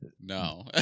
No